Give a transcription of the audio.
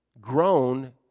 grown